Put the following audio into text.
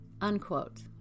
Unquote